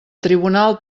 tribunal